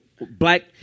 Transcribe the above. black